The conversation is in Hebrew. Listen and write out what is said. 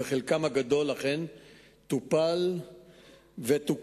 וחלק גדול מהדברים אכן טופל ותוקן.